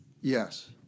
Yes